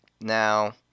Now